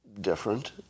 different